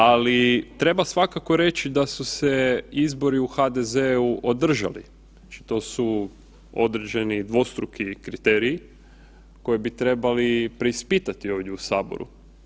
Ali treba svakako reći da su se izbori u HDZ-u održali, to su određeni dvostruki kriteriji koje bi trebali preispitati ovdje u Saboru.